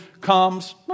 comes